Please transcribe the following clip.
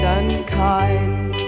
unkind